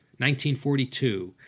1942